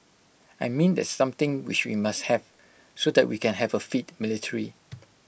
I mean that's something which we must have so that we can have A fit military